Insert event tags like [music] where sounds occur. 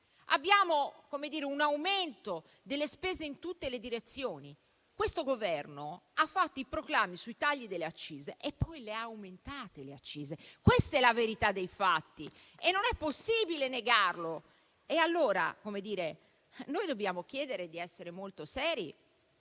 abbiamo un aumento delle spese in tutte le direzioni. Questo Governo ha fatto i proclami sui tagli delle accise e poi le ha aumentate: questa è la verità dei fatti e non è possibile negarlo. [applause] Allora dobbiamo chiedere di essere molto seri